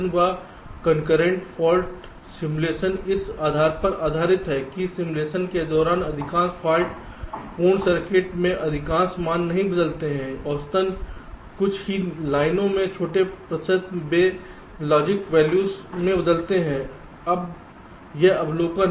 अब concurrent fault simulation इस आधार पर आधारित है कि सिमुलेशन के दौरान अधिकांश फाल्ट पूर्ण सर्किट में अधिकांश मान नहीं बदलते हैं औसतन कुछ ही लाइनों के छोटे प्रतिशत वे लॉजिक वैल्यूज में बदलते हैं यह अवलोकन है